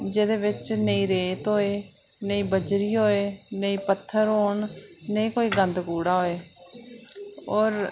जेह्दे बिच नेईं रेत होऐ नेईं बजरी होयऐ नेईं कोई पत्थर होन नेईं कोई गंद कूड़ा होऐ होर